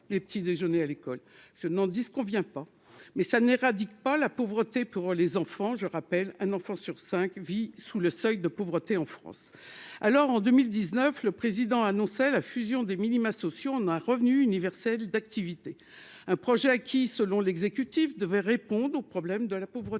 je n'en disconviens pas, mais ça n'éradique pas la pauvreté pour les enfants, je rappelle un enfant sur 5 vit sous le seuil de pauvreté en France, alors en 2019 le président annonçait la fusion des minima sociaux, on a revenu universel d'activité, un projet qui, selon l'exécutif devait répondre au problème de la pauvreté,